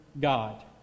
God